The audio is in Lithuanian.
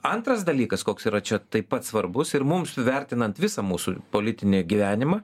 antras dalykas koks yra čia taip pat svarbus ir mums vertinant visą mūsų politinį gyvenimą